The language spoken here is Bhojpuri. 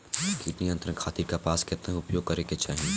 कीट नियंत्रण खातिर कपास केतना उपयोग करे के चाहीं?